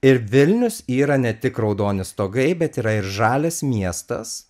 ir vilnius yra ne tik raudoni stogai bet yra ir žalias miestas